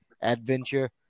Adventure